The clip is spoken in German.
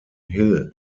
hill